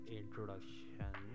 introduction